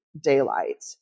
daylight